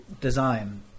design